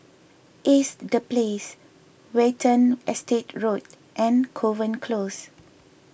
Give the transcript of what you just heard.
Ace the Place Watten Estate Road and Kovan Close